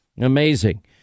Amazing